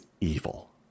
evil